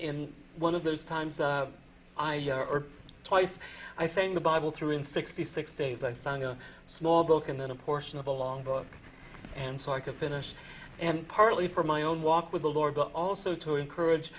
in one of those times i or twice i say in the bible through in sixty six days i found a small book and then a portion of a long book and so i could finish and partly for my own walk with the lord but also to encourage